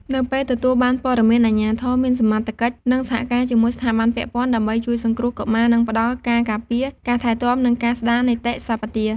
នៅពេលទទួលបានព័ត៌មាន អាជ្ញាធរមានសមត្ថកិច្ចនឹងសហការជាមួយស្ថាប័នពាក់ព័ន្ធ ដើម្បីជួយសង្គ្រោះកុមារ និងផ្ដល់ការការពារ ការថែទាំ និងការស្ដារនីតិសម្បទា។